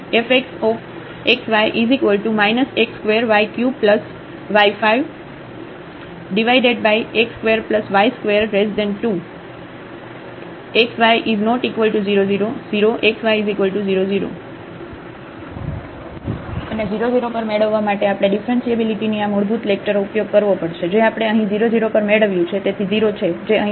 fxxy x2y3y5x2y22xy≠00 0xy00 અને 0 0 પર મેળવવા માટે આપણે ઙીફરન્શીએબીલીટીની આ મૂળભૂત લેક્ચરો ઉપયોગ કરવો પડશે જે આપણે અહીં અહીં 0 0 પર મેળવ્યું છે તેથી 0 છે જે અહીં 0 છે